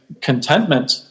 contentment